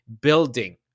building